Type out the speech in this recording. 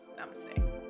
namaste